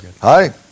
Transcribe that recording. Hi